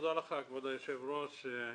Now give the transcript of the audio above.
תודה לך כבוד היושב ראש,